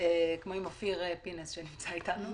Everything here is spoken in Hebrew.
כמו עם אופיר פינס שנמצא איתנו